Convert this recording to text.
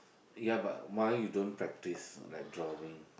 ya but why you don't practice like drawing